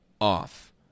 off